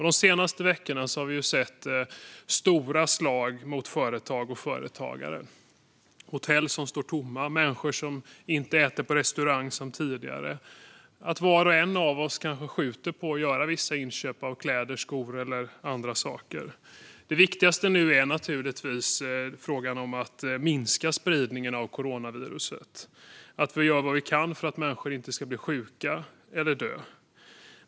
De senaste veckorna har vi sett stora slag mot företag och företagare. Hotell står tomma, och människor äter inte på restaurang som tidigare. Var och en av oss kanske skjuter upp att göra vissa inköp av kläder, skor och andra saker. Det viktigaste nu är att minska spridningen av coronaviruset och att göra vad vi kan för att människor inte ska bli sjuka eller dö.